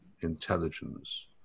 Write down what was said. Intelligence